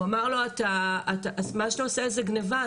הוא אמר לו מה שאתה עושה זה גניבה,